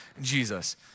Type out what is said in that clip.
Jesus